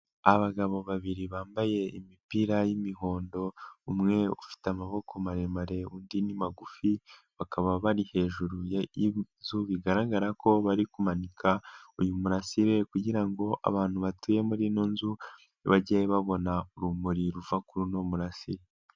Abagabo babiri bambaye imipira y'imihondo, umwe ufite amaboko maremare undi ni magufi, bakaba bari hejuru y'inzu, bigaragara ko bari kumanika uyu murasire kugirango abantu batuye muri ino nzu bajye babona urumuri ruva kuri runo murasire.